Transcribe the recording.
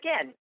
again